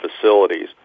facilities